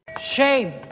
shame